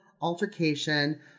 altercation